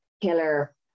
killer